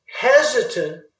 hesitant